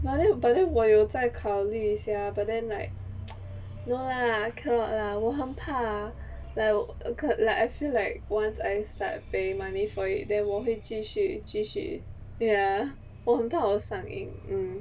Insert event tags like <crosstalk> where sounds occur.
but then but then 我有在考虑一下 but then like <noise> no lah I cannot lah 我很怕 like 可能 like I feel like once I start paying money for it then 我会继续继续 ya 我很怕我上瘾 mm